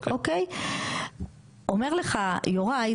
אומר לך יוראי,